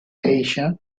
asia